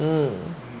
嗯